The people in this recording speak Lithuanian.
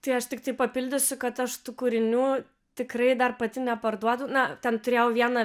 tai aš tiktai papildysiu kad aš tų kūrinių tikrai dar pati neparduodu na ten turėjau vieną